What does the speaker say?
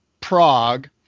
Prague